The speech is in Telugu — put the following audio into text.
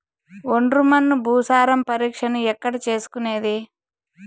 ఒండ్రు మన్ను భూసారం పరీక్షను ఎక్కడ చేసుకునేది?